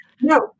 No